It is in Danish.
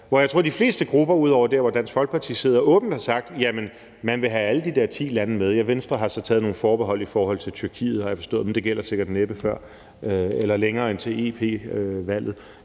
hvor jeg tror, de fleste grupper ud over der, hvor Dansk Folkeparti sidder, åbent har sagt, at man vil have alle de der ti lande med – Venstre har så taget nogle forbehold i forhold til Tyrkiet, har jeg forstået, men det gælder sikkert næppe længere end til EP-valget;